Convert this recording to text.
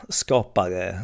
skapare